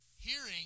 hearing